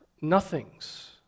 nothings